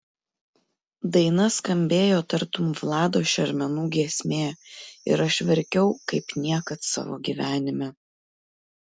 daina skambėjo tartum vlado šermenų giesmė ir aš verkiau kaip niekad savo gyvenime